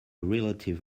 relative